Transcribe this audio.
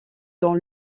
dans